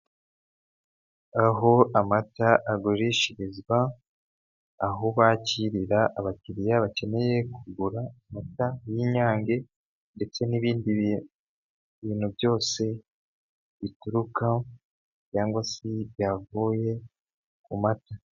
Aho amata agurishirizwa, aho bakirira abakiriya bakeneye kugura amata y'Inyange ndetse n'ibindi bintu, ibintu byose bituruka cyangwa se byavuye ku mata.